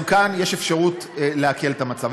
גם כאן יש אפשרות להקל את המצב.